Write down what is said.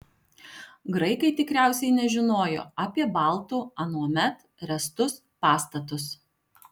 graikai tikriausiai nežinojo apie baltų anuomet ręstus pastatus